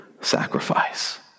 sacrifice